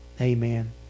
Amen